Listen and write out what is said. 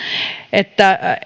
että